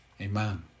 Amen